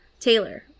Taylor